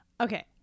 Okay